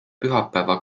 pühapäeva